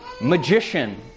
magician